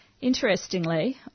Interestingly